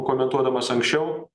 komentuodamas anksčiau